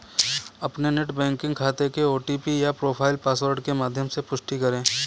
अपने net banking खाते के ओ.टी.पी या प्रोफाइल पासवर्ड के माध्यम से पुष्टि करें